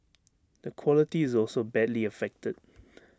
the quality is also badly affected